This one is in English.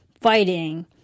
fighting